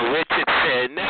Richardson